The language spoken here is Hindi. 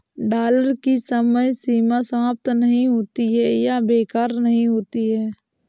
डॉलर की समय सीमा समाप्त नहीं होती है या बेकार नहीं होती है